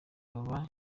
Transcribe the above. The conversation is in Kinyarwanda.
rikaba